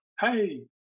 hey